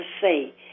say